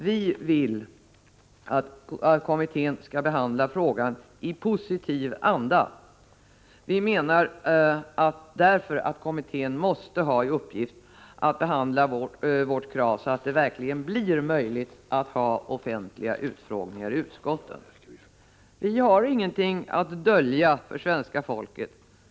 Vi vill att kommittén skall behandla frågan i positiv anda. Vi menar därför att kommittén måste ha i uppgift att behandla vårt krav så, att det verkligen blir möjligt att ha offentliga utfrågningar i utskotten. Vi har inget att dölja för svenska folket.